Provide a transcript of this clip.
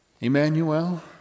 Emmanuel